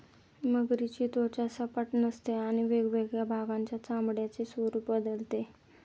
मगरीची त्वचा सपाट नसते आणि वेगवेगळ्या भागांच्या चामड्याचे स्वरूप बदलते